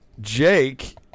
Jake